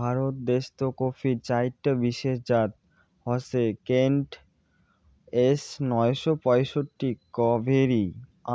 ভারত দেশ্ত কফির চাইরটা বিশেষ জাত হসে কেন্ট, এস নয়শো পঁয়ষট্টি, কাভেরি